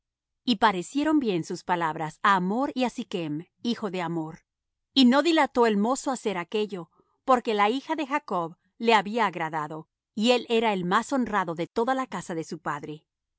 y parecieron bien sus palabras á hamor y á sichm hijo de hamor y no dilató el mozo hacer aquello porque la hija de jacob le había agradado y él era el más honrado de toda la casa de su padre